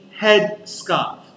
headscarf